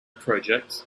project